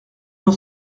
n’en